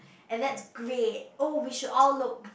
and that's great oh we should all look